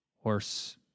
horse